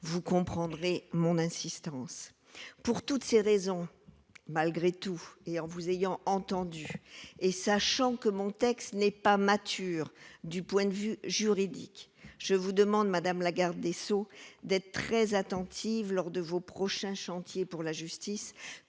vous comprendrez mon insistance pour toutes ces raisons, malgré tout, et en vous ayant entendu et sachant que mon texte n'est pas mature, du point de vue juridique, je vous demande madame la garde des Sceaux d'être très attentive lors de vos prochains chantiers pour la justice,